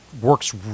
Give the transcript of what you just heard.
works